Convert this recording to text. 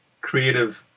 creative